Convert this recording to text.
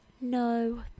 No